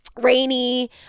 rainy